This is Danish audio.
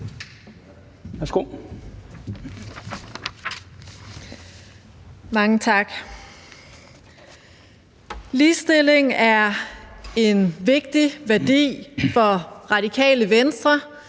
Mange tak. Ligestilling er en vigtig værdi for Radikale Venstre,